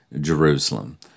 Jerusalem